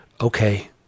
Okay